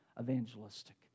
evangelistic